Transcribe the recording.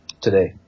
today